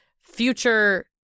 future